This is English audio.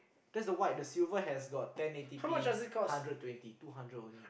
that's the white the silver has got ten A_T_P hundred twenty two hundred only